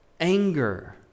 anger